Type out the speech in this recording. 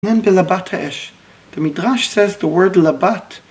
הן בלבת האש, the midrash says the word לבת